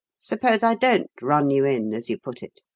suppose i don't run you in as you put it?